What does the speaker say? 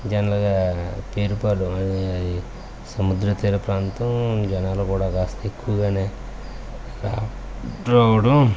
జనరల్గా పేరుపాలెం అది అది సముద్రతీర ప్రాంతం జనాలు కూడా కాస్త ఎక్కువగానే రా రావడం